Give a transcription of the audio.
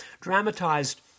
dramatized